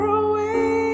away